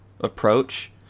approach